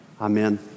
Amen